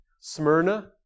Smyrna